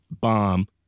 bomb